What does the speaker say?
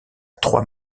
trois